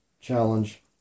challenge